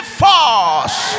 force